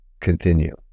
continue